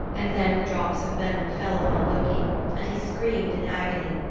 and then the drops of venom fell upon loki and he screamed in agony,